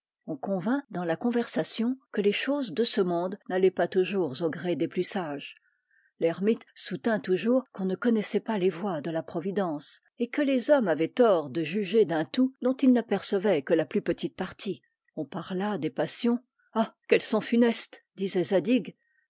on convint dans la conversation que les choses de ce monde n'allaient pas toujours au gré des plus sages l'ermite soutint toujours qu'on ne connaissait pas les voies de la providence et que les hommes avaient tort de juger d'un tout dont ils n'apercevaient que la plus petite partie on parla des passions ah qu'elles sont funestes disait